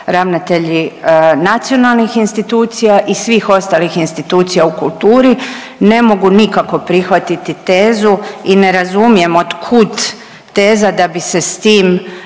ravnatelji nacionalnih institucija i svih ostalih institucija u kulturi. Ne mogu nikako prihvatiti tezu i ne razumijem od kud teza da bi se s tim